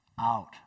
out